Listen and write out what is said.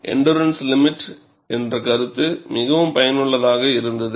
endurance limit என்ற கருத்து மிகவும் பயனுள்ளதாக இருந்தது